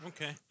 Okay